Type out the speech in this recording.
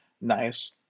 Nice